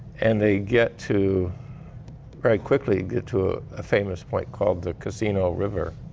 and they get to very quickly, get to a ah famous point called the casino river